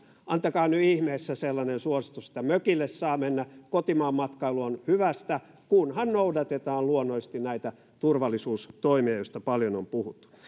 antakaa nyt ihmeessä sellainen suositus että mökille saa mennä ja kotimaanmatkailu on hyvästä kunhan luonnollisesti noudatetaan näitä turvallisuustoimia joista paljon on puhuttu